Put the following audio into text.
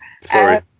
Sorry